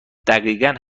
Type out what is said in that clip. دقیقا